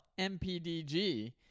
mpdg